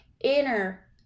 inner